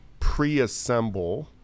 preassemble